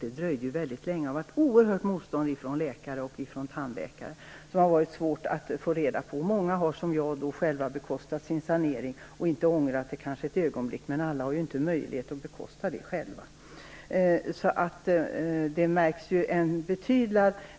Det var ett oerhört motstånd från läkare och tandläkare. Många har som jag själva bekostat sin sanering och inte ångrat det ett ögonblick, men alla har ju inte möjlighet att bekosta detta själva. Man märker en